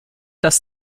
dass